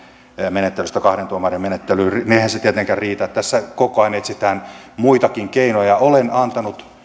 menettelystä kahden tuomarin menettelyyn eihän se tietenkään riitä tässä koko ajan etsitään muitakin keinoja olen antanut